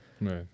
Right